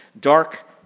dark